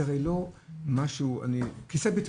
זה הרי לא משהו כיסא בטיחות,